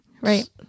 Right